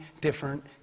different